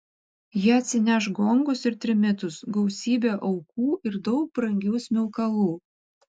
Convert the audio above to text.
jie atsineš gongus ir trimitus gausybę aukų ir daug brangių smilkalų